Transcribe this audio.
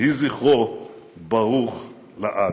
יהי זכרו ברוך לעד.